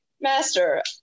master